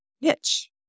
niche